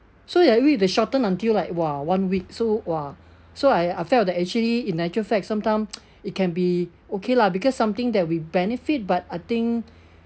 so that way they shorten until like !wah! one week so !wah! so I I felt that actually in actual fact sometime it can be okay lah because something that we benefit but I think